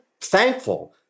thankful